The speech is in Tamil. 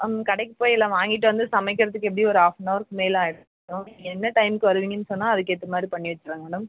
அங்கே கடைக்கு போய் எல்லாம் வாங்கிட்டு வந்து சமைக்கிறதுக்கு எப்படியும் ஒரு ஹாஃப் அன் ஹவர்க்கு மேலே ஆயிடும் என்ன டைம்க்கு வருவிங்கன்னு சொன்னா அதுக்கேற்ற மாதிரி பண்ணி வச்சிருவங்க மேடம்